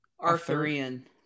Arthurian